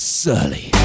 surly